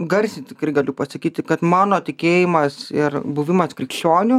garsiai tikrai galiu pasakyti kad mano tikėjimas ir buvimas krikščioniu